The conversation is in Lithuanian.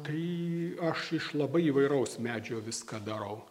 tai aš iš labai įvairaus medžio viską darau